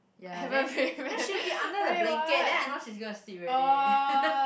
ya then then she will be under the blanket then I know she's gonna sleep already